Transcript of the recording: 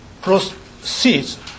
proceeds